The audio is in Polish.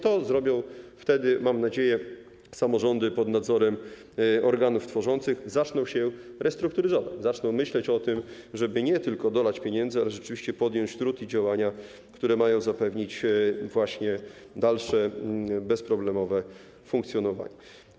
To zrobią wtedy, mam nadzieję, samorządy pod nadzorem organów tworzących, zaczną się restrukturyzować, zaczną myśleć o tym, żeby nie tylko dodać pieniędzy, ale rzeczywiście podjąć trud i działania, które mają zapewnić dalsze bezproblemowe funkcjonowanie.